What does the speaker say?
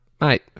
mate